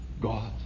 God